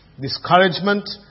discouragement